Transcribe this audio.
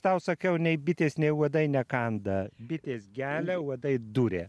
tau sakiau nei bitės nei uodai nekanda bitės gelia uodai duria